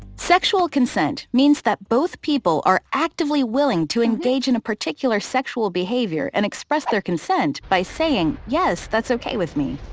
sexual consent means that both people are actively willing to engage in a particular sexual behavior, and express their consent by saying, yes, that's okay with me.